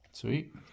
Sweet